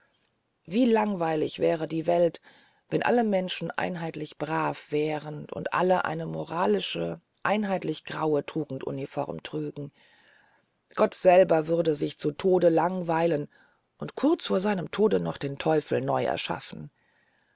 wie langweilig wäre die welt wenn alle menschen brav wären und alle eine moralische einheitliche graue tugenduniform trügen gott selber würde sich zu tode langweilen und kurz vor seinem tode noch den teufel neu erschaffen